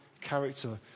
character